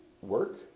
work